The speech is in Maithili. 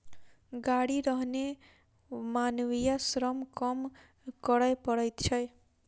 गाड़ी रहने मानवीय श्रम कम करय पड़ैत छै